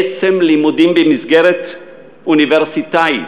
עצם הלימודים במסגרת אוניברסיטאית,